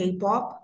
K-Pop